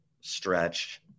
Stretch